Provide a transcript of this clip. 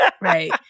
Right